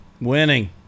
Winning